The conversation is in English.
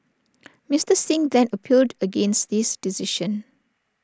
Mister Singh then appealed against this decision